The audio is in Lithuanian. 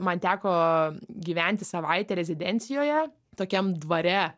man teko gyventi savaitę rezidencijoje tokiam dvare